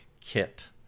kit